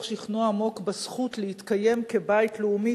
שכנוע עמוק בזכות להתקיים כבית לאומי,